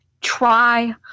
try